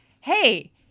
hey